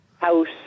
house